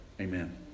Amen